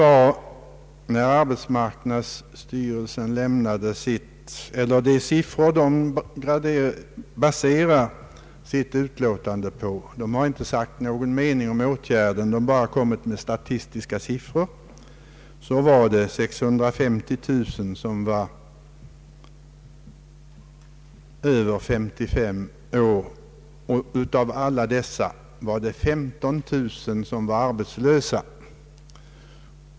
Arbetsmarknadsstyrelsen har inte uttalat någon mening om den föreslagna åtgärden utan bara nämnt en del siffror, bl.a. att 650 000 förvärvsarbetande är över 55 år och att 15 000 av dessa är arbetslösa.